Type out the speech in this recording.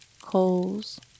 coals